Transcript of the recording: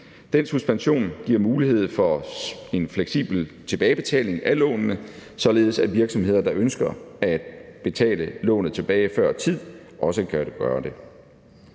Den suspension giver mulighed for en fleksibel tilbagebetaling af lånene, således at virksomheder, der ønsker at betale lånet tilbage før tid, også kan gøre det.